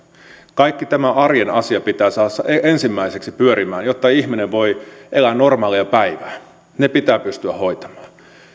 kaikki nämä arjen asiat pitää saada ensimmäiseksi pyörimään jotta ihminen voi elää normaalia päivää ne pitää pystyä hoitamaan